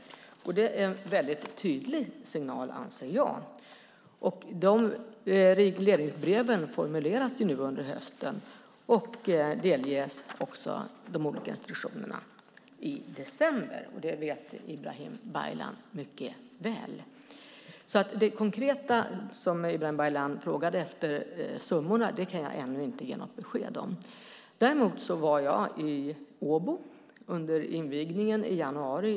Det är en tydlig signal, anser jag. Regleringsbreven formuleras nu under hösten och delges de olika institutionerna i december. Det vet Ibrahim Baylan mycket väl. Det konkreta som Ibrahim Baylan frågade efter, summorna, kan jag inte ge något besked om. Däremot var jag i Åbo under invigningen i januari.